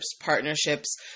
partnerships